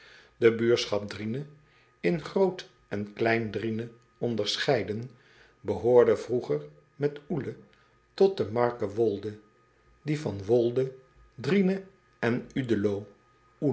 e i n r i e n e onderscheiden behoorde vroeger met ele tot de marke oolde ie van oolde ryne en